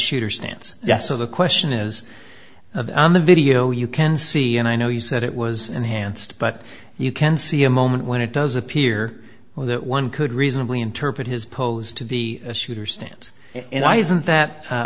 stance yes so the question is of on the video you can see and i know you said it was enhanced but you can see a moment when it does appear that one could reasonably interpret his pose to be a shooter stance and i isn't that